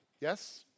Yes